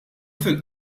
fil